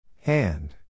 Hand